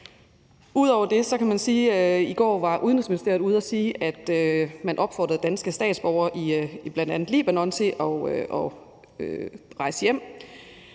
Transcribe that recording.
udlandet. Ud over det var Udenrigsministeriet i går ude at sige, at man opfordrede danske statsborgere i bl.a. Libanon til at rejse hjem.